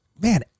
man